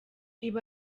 ibi